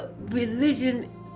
religion